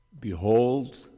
Behold